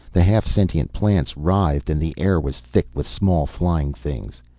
the half-sentient plants writhed and the air was thick with small flying things.